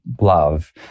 love